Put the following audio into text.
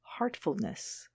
Heartfulness